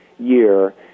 Year